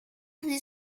sie